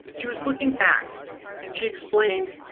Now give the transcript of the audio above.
she was looking back and she explained,